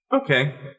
Okay